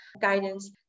guidance